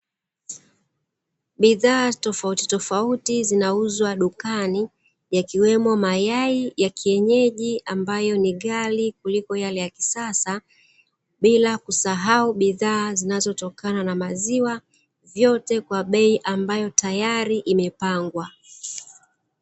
Bidhaa tofautitofauti zinauzwa dukani, yakiwemo mayai ya kienyeji ambayo ni gari kuliko yale ya kisasa, bila kusahau bidhaa zinazotokana na maziwa. Vyote kwa bei ambayo tayari imepangwa.